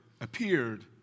appeared